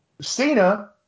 Cena